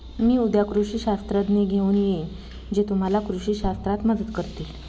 मी उद्या कृषी शास्त्रज्ञ घेऊन येईन जे तुम्हाला कृषी शास्त्रात मदत करतील